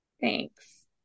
Thanks